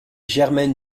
jermaine